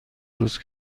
روز